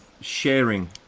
sharing